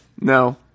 no